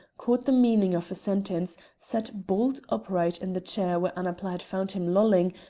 caught the meaning of a sentence, sat bolt upright in the chair where annapla had found him lolling,